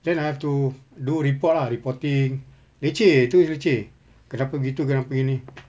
then I have to do report lah reporting leceh itu leceh kenapa begitu kenapa begini